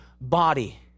body